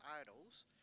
idols